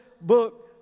book